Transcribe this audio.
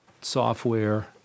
Software